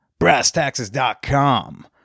BrassTaxes.com